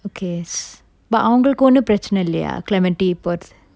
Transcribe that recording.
okay but அவங்களுக்கு ஒன்னும் பிரச்சன இல்லையா:avangalukku onnum pirachana illaya clementi போறது:porathu